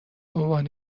بعنوان